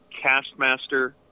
Castmaster